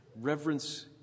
Reverence